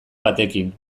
batekin